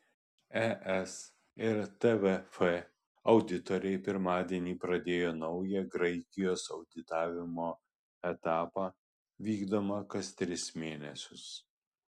es ir tvf auditoriai pirmadienį pradėjo naują graikijos auditavimo etapą vykdomą kas tris mėnesius